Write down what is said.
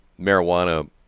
marijuana